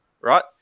right